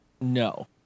No